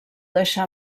deixà